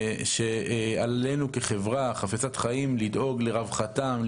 עלינו כחברה חפצת חיים לדאוג לרווחתם,